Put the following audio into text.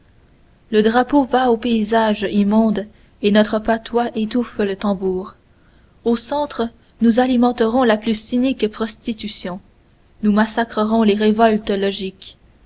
le drapeau va au paysage immonde et notre patois étouffe le tambour aux centres nous alimenterons la plus cynique prostitution nous massacrerons les révoltes logiques